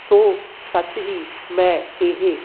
ਸੋ ਸੱਚ ਹੀ ਮੈਂ ਇਹ